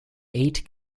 eight